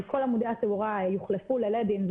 כל עמודי התאורה יוחלפו ללדים,